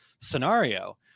scenario